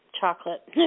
chocolate